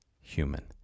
human